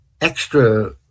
extra